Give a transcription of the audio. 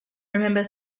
remember